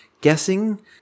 guessing